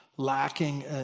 Lacking